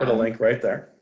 but link right there.